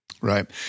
Right